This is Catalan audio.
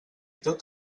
tot